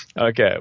Okay